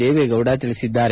ದೇವೇಗೌಡ ಹೇಳಿದ್ದಾರೆ